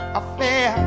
affair